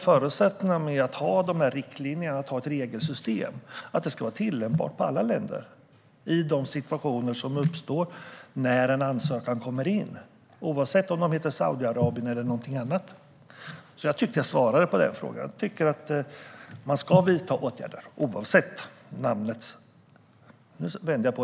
Förutsättningen för att ha de här riktlinjerna och ett regelsystem är väl att det ska vara tillämpbart på alla länder i de situationer som uppstår när en ansökan kommer in oavsett om de heter Saudiarabien eller någonting annat. Jag tycker alltså att jag svarade på den frågan. Jag tycker att man ska vidta åtgärder oavsett landets namn.